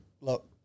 look